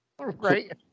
right